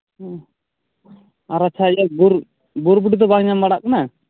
ᱦᱮᱸ ᱟᱨ ᱟᱪᱪᱷᱟ ᱤᱭᱟᱹ ᱵᱩᱨ ᱵᱩᱨᱵᱩᱴᱤ ᱫᱚ ᱵᱟᱝ ᱧᱟᱢ ᱵᱟᱲᱟᱜ ᱠᱟᱱᱟ